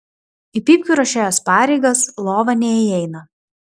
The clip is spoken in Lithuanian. į pypkių ruošėjos pareigas lova neįeina